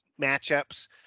matchups